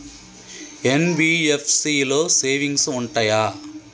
NBFC లో savings ఉంటయా?